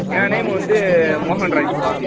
என் name வந்து மோகன்ராஜ்ப்பா